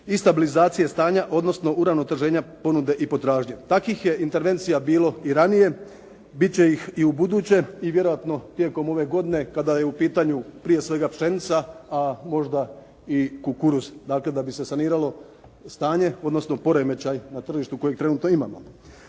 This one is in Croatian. i stabilizacije stanja odnosno uravnoteženja ponude i potražnje. Takvih je intervencija bilo i ranije, bit će ih i ubuduće i vjerojatno tijekom ove godine kada je u pitanju prije svega pšenica, a možda i kukuruz, dakle da bi se saniralo stanje odnosno poremećaj na tržištu kojeg trenutno imamo.